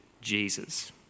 Jesus